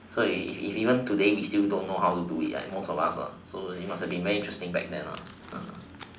so if if even today we still don't know how to do it most of us so it must be very interesting back then